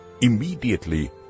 immediately